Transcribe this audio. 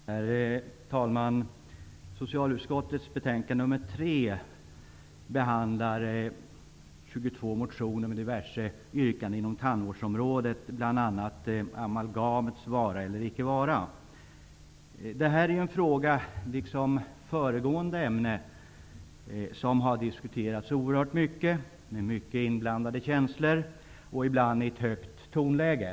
Herr talman! Socialutskottets betänkande nr 3 behandlar 22 motioner med diverse yrkanden inom tandvårdsområdet, bl.a. amalgamets vara eller icke vara. Liksom föregående ämne har denna fråga diskuterats oerhört mycket, med många känslor inblandade och ibland i ett högt tonläge.